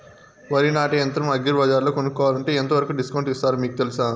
వరి నాటే యంత్రం అగ్రి బజార్లో కొనుక్కోవాలంటే ఎంతవరకు డిస్కౌంట్ ఇస్తారు మీకు తెలుసా?